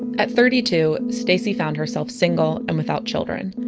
at thirty two, stacie found herself single and without children.